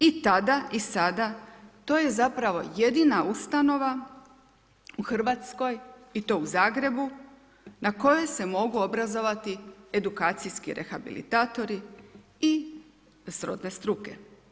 I tada i sada to je zapravo jedina ustanova u Hrvatskoj i to u Zagrebu na kojoj se mogu obrazovati edukacijski rehabilitatori i srodne struke.